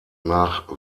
nach